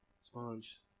sponge